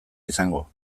izango